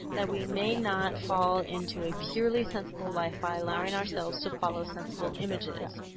that we may not fall into a purely sensible life by allowing ourselves to follow sensible images.